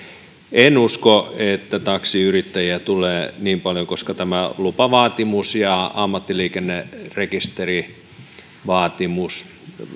en usko että taksiyrittäjiä tulee niin paljon koska tämä lupavaatimus ja ammattiliikennerekisterivaatimus